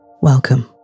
Welcome